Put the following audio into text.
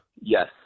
Yes